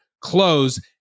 close